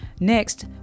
Next